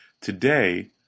Today